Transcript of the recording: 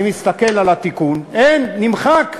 אני מסתכל על התיקון, אין, נמחק.